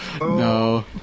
No